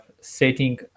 setting